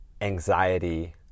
anxiety